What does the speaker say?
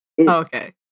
Okay